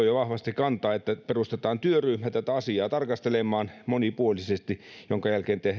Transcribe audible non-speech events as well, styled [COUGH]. [UNINTELLIGIBLE] jo vahvasti kantaa siihen että perustetaan työryhmä tätä asiaa tarkastelemaan monipuolisesti minkä jälkeen